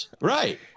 Right